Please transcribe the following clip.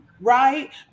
right